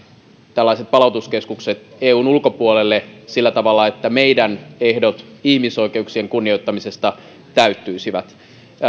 tällaiset palautuskeskukset eun ulkopuolelle sillä tavalla että meidän ehtomme ihmisoikeuksien kunnioittamisesta täyttyisivät